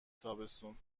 تابستون